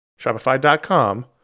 Shopify.com